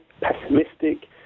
pessimistic